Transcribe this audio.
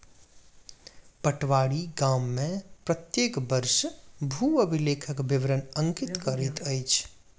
पटवारी गाम में प्रत्येक वर्ष भू अभिलेखक विवरण अंकित करैत अछि